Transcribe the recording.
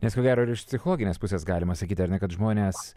nes ko gero ir iš psichologinės pusės galima sakyti kad žmonės